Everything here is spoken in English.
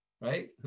right